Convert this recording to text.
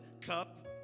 cup